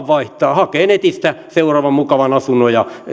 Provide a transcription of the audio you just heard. vaihtaa hakee netistä seuraavan mukavan asunnon ja